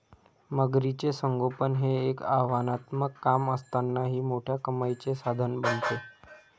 मगरीचे संगोपन हे एक आव्हानात्मक काम असतानाही मोठ्या कमाईचे साधन बनते